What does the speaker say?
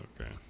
okay